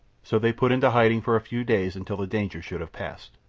so they put into hiding for a few days until the danger should have passed.